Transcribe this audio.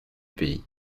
pays